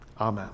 amen